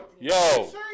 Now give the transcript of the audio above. Yo